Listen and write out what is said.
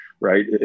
right